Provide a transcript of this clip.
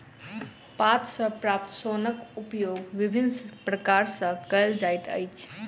पात सॅ प्राप्त सोनक उपयोग विभिन्न प्रकार सॅ कयल जाइत अछि